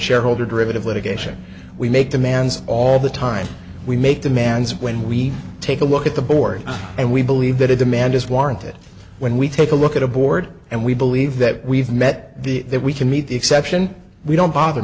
shareholder derivative litigation we make demands all the time we make demands when we take a look at the board and we believe that a demand is warranted when we take a look at a board and we believe that we've met the that we can meet the exception we don't bother